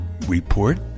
report